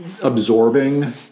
absorbing